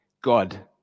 God